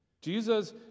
Jesus